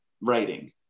writing